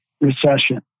recession